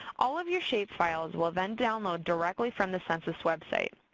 all of your shapefiles will then download directly from the census website.